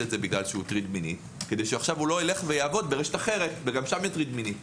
הזה כי הטריד מינית כדי שלא יעבוד ברשת אחרת וגם שם יטריד מינית.